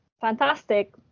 Fantastic